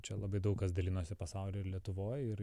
čia labai daug kas dalinosi pasauly ir lietuvoj ir